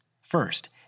First